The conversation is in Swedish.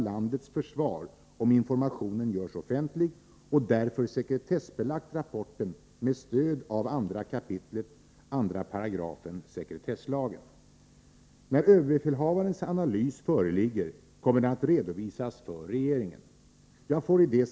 Har försvarsministern för avsikt att nu låta offentliggöra vittnesuppgifterna och de bedömningar försvarsledningen gjort i fallet?